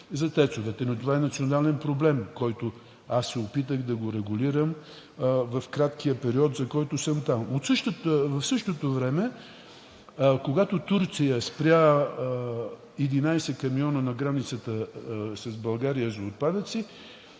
за ТЕЦ-овете, но това е национален проблем, който аз се опитах да го регулирам в краткия период, в който съм там. В същото време, когато Турция спря 11 камиона с отпадъци на границата с България, тя